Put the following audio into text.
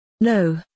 No